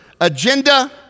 agenda